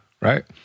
Right